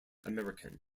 american